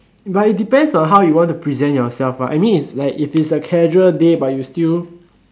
but it depends on how you want to present yourself [what] I mean if like is a casual day but you still